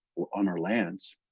on our lands,